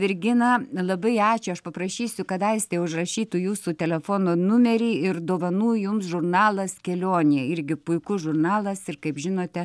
virgina labai ačiū aš paprašysiu kad aistė užrašytų jūsų telefono numerį ir dovanų jums žurnalas kelionė irgi puikus žurnalas ir kaip žinote